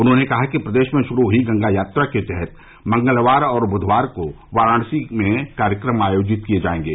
उन्हांने कहा कि प्रदेश में शुरू हई गंगा यात्रा के तहत मंगलवार और ब्धवार को वाराणसी में कार्यक्रम आयोजित किये जाएंगे